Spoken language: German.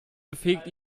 befähigt